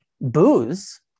booze